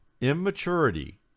immaturity